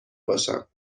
باشم